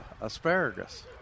asparagus